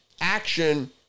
action